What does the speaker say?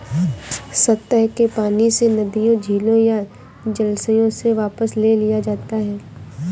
सतह के पानी से नदियों झीलों या जलाशयों से वापस ले लिया जाता है